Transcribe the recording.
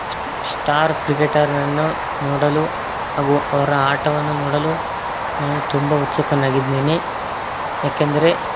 ಸ್ ಸ್ಟಾರ್ ಕ್ರಿಕೆಟರ್ನನ್ನು ನೋಡಲು ಹಾಗೂ ಅವರ ಆಟವನ್ನು ನೋಡಲು ನಾನು ತುಂಬ ಉತ್ಸುಕನಾಗಿದ್ದೇನೆ ಏಕೆಂದರೆ